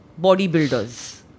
bodybuilders